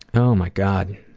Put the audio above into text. oh my god,